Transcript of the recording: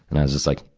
and i was just like,